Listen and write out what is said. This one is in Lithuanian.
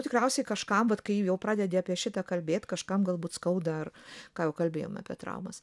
tikriausiai kažkam bet kai jau pradedi apie šitą kalbėt kažkam galbūt skauda ką jau kalbėjom apie traumas